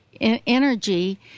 energy